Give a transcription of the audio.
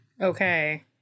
Okay